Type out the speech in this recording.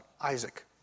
Isaac